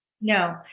No